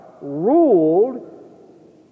ruled